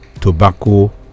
tobacco